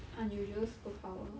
unusual superpower